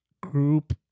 group